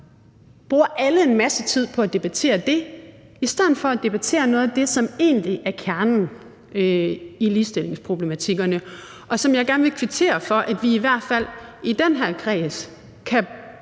bruger alle en masse tid på at debattere det i stedet for at debattere noget af det, som egentlig er kernen i ligestillingsproblematikkerne, og som jeg gerne vil kvittere for at vi i hvert fald i den her kreds